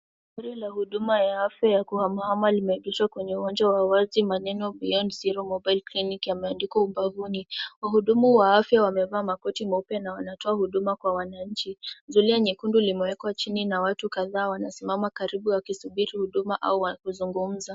Gari la huduma ya afya ya kuhama hama limeegeshwa kwenye uwanja wa wazi, maneno beyond zero clinic yameandikwa upavuni. Wahudumu wa afya wamevaa makoti meupe, na wanatoa huduma kwa wananchi. Zulia nyekundu limewekwa chini na watu kadhaa wamesimama karibu wakisubira huduma, au wakizungumza.